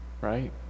right